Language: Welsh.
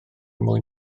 mwyn